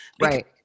Right